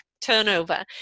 turnover